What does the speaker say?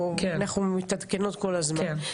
אנחנו מתעדכנות כל הזמן.